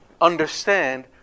understand